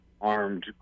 armed